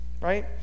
right